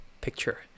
picture